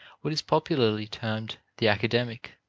what is popularly termed the academic,